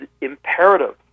imperative